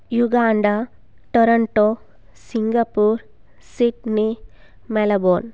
Uganda Toronto Singapore Sydney Melbourne